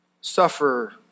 suffer